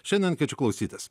šiandien kviečiu klausytis